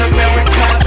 America